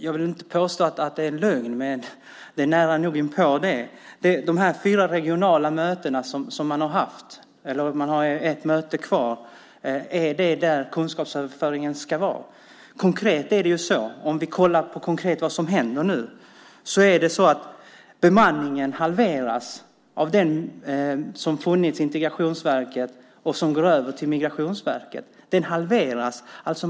Jag vill inte påstå att det är en lögn, men det är nära på. Man ska ha fyra regionala möten. Man har ett möte kvar. Är det där kunskapsöverföringen ska vara? Om vi kollar konkret vad som händer nu så halveras den bemanning som har funnits på Integrationsverket och som går över till Migrationsverket. Den halveras.